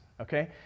okay